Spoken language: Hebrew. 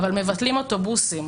אבל מבטלים אוטובוסים,